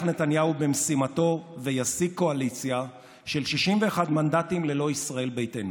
נתניהו במשימתו וישיג קואליציה של 61 מנדטים ללא ישראל ביתנו.